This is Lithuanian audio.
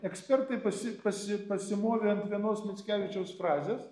ekspertai pasi pasi pasimovė ant vienos mickevičiaus frazės